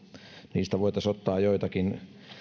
niistä voitaisiin ottaa joitakin